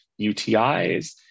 UTIs